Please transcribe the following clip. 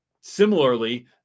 Similarly